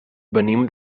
venim